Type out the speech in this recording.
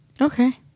Okay